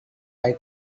eye